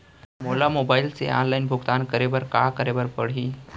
मोला मोबाइल से ऑनलाइन भुगतान करे बर का करे बर पड़ही?